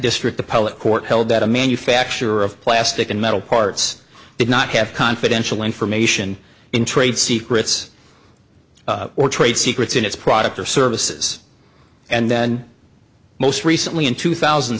district the public court held that a manufacturer of plastic and metal parts did not have confidential information in trade secrets or trade secrets in its product or services and then most recently in two thousand